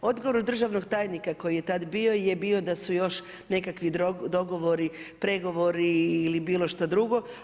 Odgovor državnog tajnika koji je tad bio je bio da su još nekakvi dogovori, pregovori ili bilo što drugo.